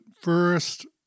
first